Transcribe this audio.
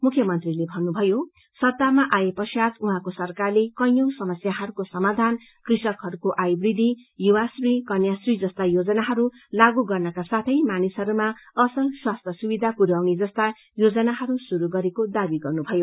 मुख्यमन्त्रीले भन्नुभयो सत्तामा आएपश्चात उहाँको सरकारले कैयौ समस्याहरूको समाधान कृषकहरूको आय वुखि युवाश्री कन्याश्री जस्ता योजनाहरू लागु गर्नुका साथै मानिसहरूमा असल स्वास्थ्य सुविधा पुर्याउने जस्ता योजनाहरू श्रुरू गरेको दाबी गर्नुभयो